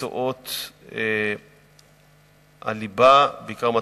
במקצועות הליבה, בעיקר מתמטיקה,